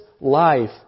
life